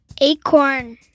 Acorn